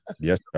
yes